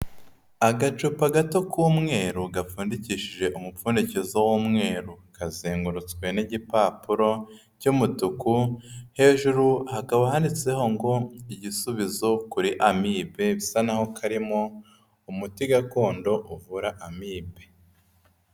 Agacupa gato k'umweru gapfundikishije umupfundikizo w'umweru, kazengurutswe n'igipapuro cy'umutuku, hejuru hakaba handitseho ngo igisubizo kuri Amibe, bisa naho karimo umuti gakondo uvura Amibe.